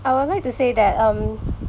I would like to say that um